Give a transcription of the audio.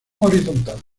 horizontal